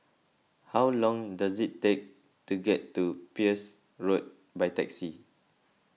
how long does it take to get to Peirce Road by taxi